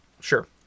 sure